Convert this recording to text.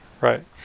Right